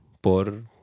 Por